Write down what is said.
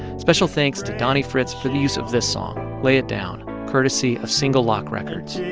special thanks to donnie fritts for the use of this song, lay it down, courtesy of single lock records.